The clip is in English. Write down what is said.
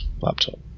laptop